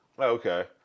Okay